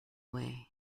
way